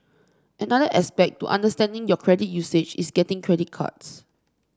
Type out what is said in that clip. another aspect to understanding your credit usage is getting credit cards